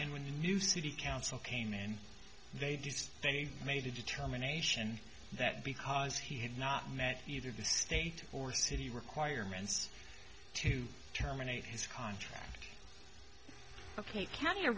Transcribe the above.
and when the new city council came in they just made a determination that because he had not met either the state or city requirements to terminate his contract ok canada